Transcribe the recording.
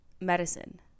medicine